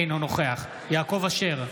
אינו נוכח יעקב אשר,